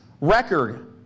record